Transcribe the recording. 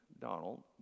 Donald